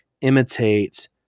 imitate